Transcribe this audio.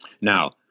Now